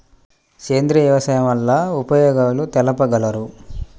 సేంద్రియ వ్యవసాయం వల్ల ఉపయోగాలు తెలుపగలరు?